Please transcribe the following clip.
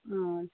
ಹ್ಞೂ